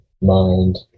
mind